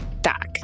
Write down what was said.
doc